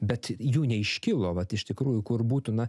bet jų neiškilo vat iš tikrųjų kur būtume